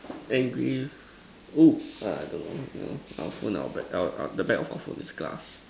engrave oh I don't know you know our phone our back our our the back of our phone is glass